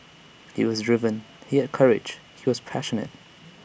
he was driven he had courage he was passionate